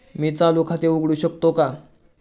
मी चालू खाते उघडू शकतो का?